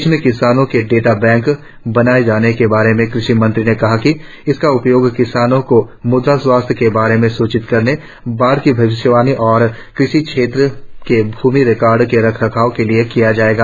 देश में किसानों के डेटा बैंक बनाए जाने के बारे में कृषि मंत्री ने कहा कि इसका उपयोग किसानों को म़दा स्वास्थ्य के बारे में सूचित करने बाढ़ की भविष्यवाणी और कृषि क्षेत्रों के भूमि रिकॉर्ड के रखरखाव के लिए किया जाएगा